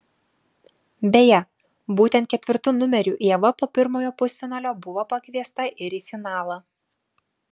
beje būtent ketvirtu numeriu ieva po pirmojo pusfinalio buvo pakviesta ir į finalą